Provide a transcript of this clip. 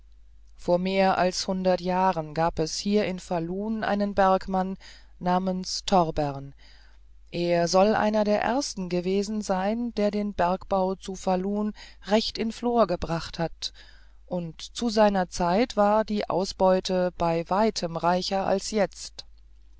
vor mehr als hundert jahren gab es hier in falun einen bergmann namens torbern er soll einer der ersten gewesen sein der den bergbau zu falun recht in flor gebracht hat und zu seiner zeit war die ausbeute bei weitem reicher als jetzt